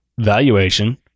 valuation